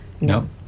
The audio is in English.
No